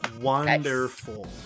Wonderful